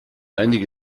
einige